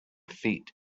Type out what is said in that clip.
feet